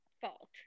fault